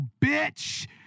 bitch